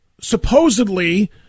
supposedly